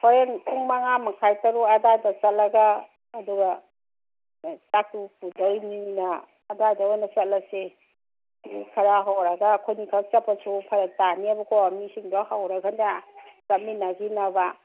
ꯍꯣꯔꯦꯟ ꯄꯨꯡ ꯃꯉꯥ ꯃꯈꯥꯏ ꯇꯔꯨꯛ ꯑꯗꯥꯏꯗ ꯆꯠꯂꯒ ꯑꯗꯨꯒ ꯆꯥꯛ ꯏꯁꯤꯡ ꯄꯨꯗꯣꯏꯅꯤꯅ ꯑꯗꯥꯏꯗ ꯑꯣꯏꯅ ꯆꯠꯂꯁꯤ ꯃꯤ ꯈꯔ ꯍꯧꯔꯒ ꯑꯩꯈꯣꯏꯅꯤꯈꯛ ꯆꯠꯄꯁꯨ ꯐꯔꯛ ꯇꯥꯅꯦꯕꯀꯣ ꯃꯤꯁꯤꯡꯗꯣ ꯍꯧꯔꯒꯅꯦ ꯆꯠꯃꯤꯟꯅꯈꯤꯅꯕ